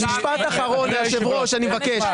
משפט אחרון, היושב ראש, אני מבקש.